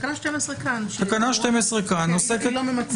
תקנה 12 כאן, וכן, היא לא ממצה.